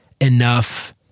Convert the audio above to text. enough